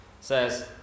says